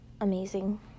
amazing